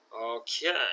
Okay